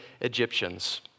Egyptians